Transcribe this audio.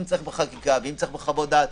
אם צריך בחקיקה ואם צריך בחוות דעת.